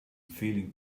feeling